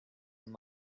and